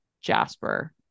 Jasper